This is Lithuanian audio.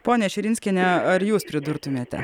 ponia širinskiene ar jūs pridurtumėte